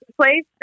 place